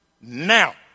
Now